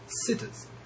sitters